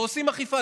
ועושים אכיפה,